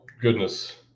goodness